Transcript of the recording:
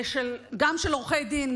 גם של עורכי דין,